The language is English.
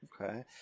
Okay